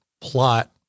plot